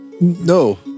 No